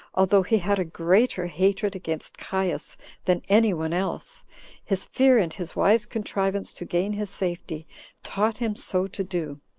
although he had a greater hatred against caius than any one else his fear and his wise contrivance to gain his safety taught him so to do,